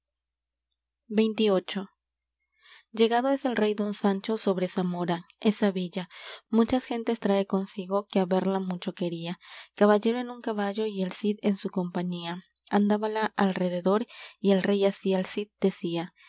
xxviii llegado es el rey don sancho sobre zamora esa villa muchas gentes trae consigo que haberla mucho quería caballero en un caballo y el cid en su compañía andábala al rededor y el rey así al cid decía